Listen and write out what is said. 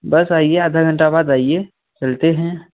बस आइए आधा घंटा बाद आइए चलते हैं